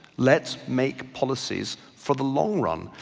let's make policies for the long run,